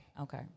Okay